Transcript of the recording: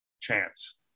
chance